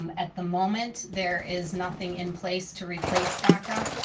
um at the moment, there is nothing in place to replace daca,